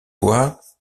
bois